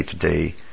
today